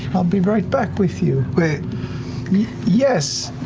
i'll be right back with you. yes,